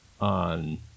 on